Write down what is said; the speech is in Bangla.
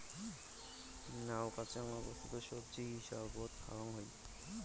নাউ কাঁচা অবস্থাত সবজি হিসাবত খাওয়াং হই